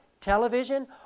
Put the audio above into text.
television